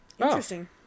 interesting